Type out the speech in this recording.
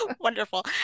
Wonderful